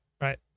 right